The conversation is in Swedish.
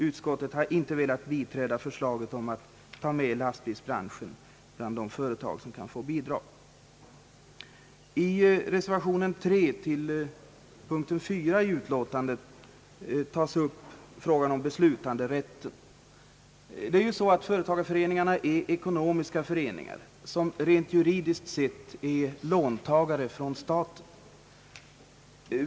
Utskottet har inte velat biträda förslaget om att ta med lastbilsbranschen bland de företag som kan få bidrag. Reservation 3 vid punkt 4 i utlåtandet berör frågan om beslutanderätten. Företagareföreningarna är ju ekonomiska föreningar som rent juridiskt sett är låntagare i förhållande till staten.